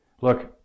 Look